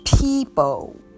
people